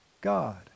God